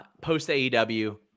post-AEW